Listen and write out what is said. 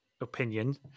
opinion